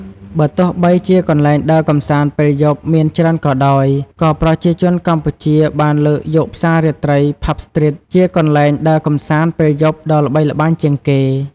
បើទោះបីជាកន្លែងដើរកម្សាន្តពេលយប់មានច្រើនក៏ដោយ ក៏ប្រជាជនកម្ពុជាបានលើកយកផ្សាររាត្រី "ផាប់ស្ទ្រីត" (Pub Street) ជាកន្លែងដើរកម្សាន្តពេលយប់ដ៏ល្បីល្បាញជាងគេ។